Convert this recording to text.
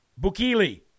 Bukili